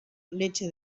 leche